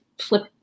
flip